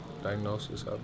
Diagnosis